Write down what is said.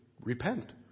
repent